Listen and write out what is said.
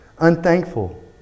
unthankful